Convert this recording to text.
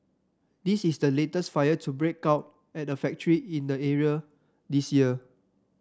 this is the latest fire to break out at a factory in the area this year